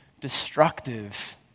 destructive